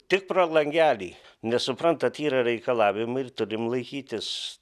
tik pro langelį nes suprantat yra reikalavimai ir turim laikytis